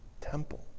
temple